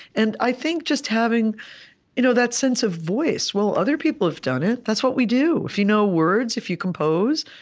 and i think, just having you know that sense of voice well, other people have done it that's what we do. if you know words, if you compose,